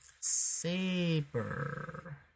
Saber